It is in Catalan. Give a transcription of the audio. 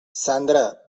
sandra